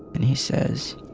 and he says